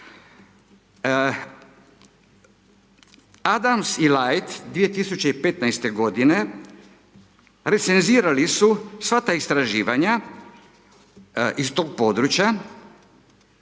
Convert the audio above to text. Adams i Leit 2015.-te godine recenzirali su sva ta istraživanja iz toga područja